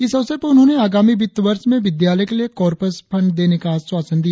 इस अवसर पर उन्होंने आगामी वित्त वर्ष में विद्यालय के लिए कॉरपश फंड देने का आश्वासन दिया